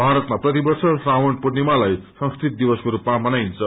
भारतमा प्रतिवर्ष श्रावण पूर्णिमालाई संस्कृत दिवसको रूपमा मनाइन्छ